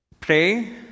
pray